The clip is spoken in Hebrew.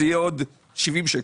זה יהיה עוד 70 שקלים.